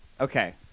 Okay